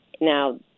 Now